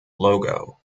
logo